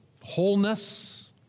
wholeness